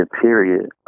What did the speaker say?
period